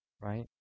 right